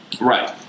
Right